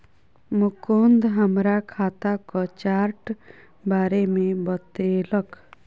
मुकुंद हमरा खाताक चार्ट बारे मे बतेलक